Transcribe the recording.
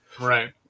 Right